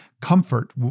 comfort